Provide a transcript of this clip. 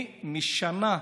היא נכשלה.